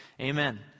amen